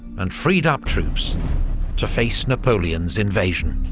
and freed up troops to face napoleon's invasion.